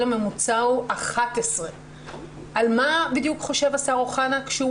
הממוצע הוא 11. על מה בדיוק חושב השר אוחנה כשהוא